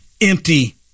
empty